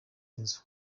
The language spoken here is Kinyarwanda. inzu